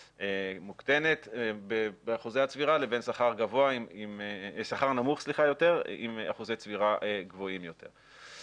מוקטנת באחוזי הצבירה לבין שכר נמוך יותר עם אחוזי צבירה גבוהים יותר.